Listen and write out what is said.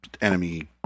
enemy